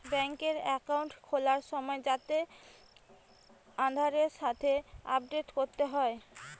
বেংকে একাউন্ট খোলার সময় তাকে আধারের সাথে আপডেট করতে হয়